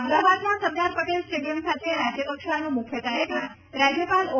અમદાવાદના સરદાર પટેલ સ્ટેડિયમ ખાતે રાજ્ય કક્ષાનો મુખ્ય કાર્યક્રમ રાજ્યપાલ ઓ